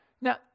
Now